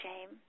shame